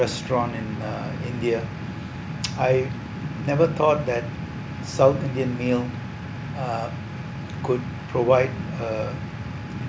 restaurant in uh india I never thought that south india meal uh could provide a